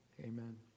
Amen